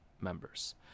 members